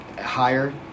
higher